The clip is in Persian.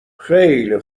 خیلی